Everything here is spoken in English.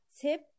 tip